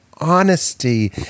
honesty